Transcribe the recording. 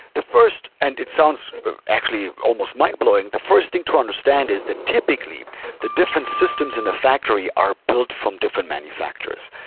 the first, and it sounds but actually almost mind-blowing. the first thing to understand is that typically the different systems in the factory are built from different manufacturers.